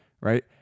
Right